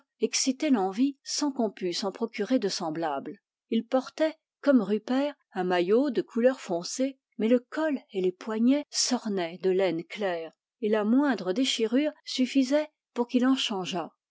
excitaient l'envie sans qu'on pût s'en procurer de semblables il portait comme rupert un maillot de couleur foncée mais le col et les poignets s'ornaient de laines claires et la moindre déchirure suffisait pour qu'il en changeât